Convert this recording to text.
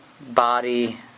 body